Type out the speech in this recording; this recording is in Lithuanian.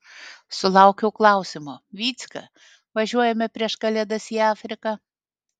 sulaukiau klausimo vycka važiuojame prieš kalėdas į afriką